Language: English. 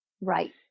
Right